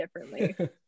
differently